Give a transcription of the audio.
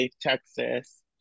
Texas